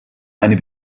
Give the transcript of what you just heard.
eine